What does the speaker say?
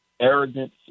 arrogance